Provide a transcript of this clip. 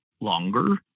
longer